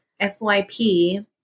FYP